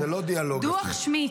דוח שמיד,